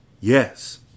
yes